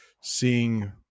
seeing